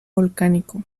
volcánico